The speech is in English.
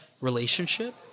relationship